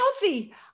healthy